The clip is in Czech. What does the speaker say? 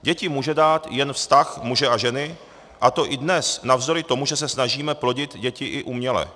Děti může dát jen vztah muže a ženy, a to i dnes navzdory tomu, že se snažíme plodit děti i uměle.